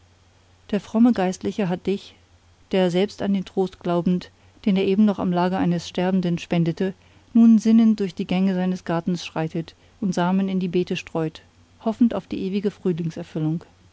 der fromme geistliche hat dich der selbst an den trost glaubend den er eben noch am lager eines sterbenden spendete nun sinnend durch die gänge seines gartens schreitet und samen in die beete streut hoffend auf die ewige